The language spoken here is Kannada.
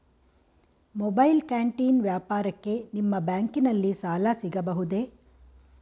ಮೊಬೈಲ್ ಕ್ಯಾಂಟೀನ್ ವ್ಯಾಪಾರಕ್ಕೆ ನಿಮ್ಮ ಬ್ಯಾಂಕಿನಲ್ಲಿ ಸಾಲ ಸಿಗಬಹುದೇ?